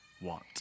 want